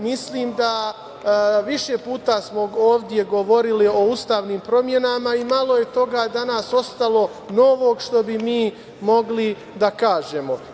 Mislim da smo više puta ovde govorili o ustavnim promenama i malo je toga danas ostalo novog što bi mogli da kažemo.